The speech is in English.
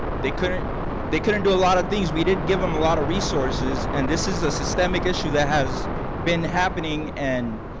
they couldn't they couldn't do a lot of things. we didn't give them a lot of resources. and this is a systemic issue that has been happening, and